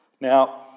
Now